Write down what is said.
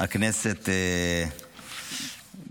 אדוני היושב-ראש,